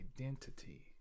identity